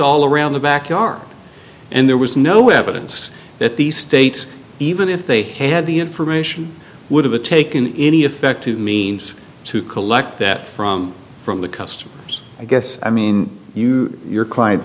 all around the back yard and there was no evidence that the states even if they had the information would have taken any effective means to collect that from from the customers i guess i mean you your client